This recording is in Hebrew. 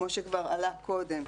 כמו שכבר עלה קודם,